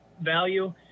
value